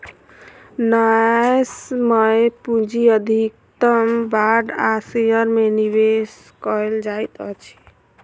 न्यायसम्य पूंजी अधिकतम बांड आ शेयर में निवेश कयल जाइत अछि